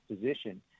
position